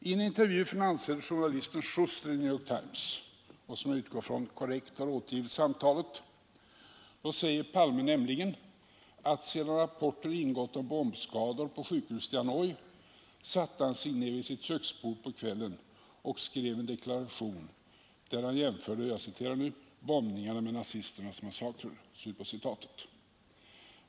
I en intervju för den ansedde journalisten Schuster i New York Times — och som jag utgår ifrån korrekt har återgivit samtalet — säger Palme nämligen att sedan rapporter ingått om bombskador på sjukhuset i Hanoi satte han sig ned vid sitt köksbord på kvällen och skrev en deklaration, där han ”jämförde bombningarna med nazisternas massakrer”.